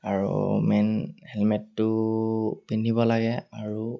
আৰু মেইন হেলমেটটো পিন্ধিব লাগে আৰু